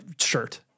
shirt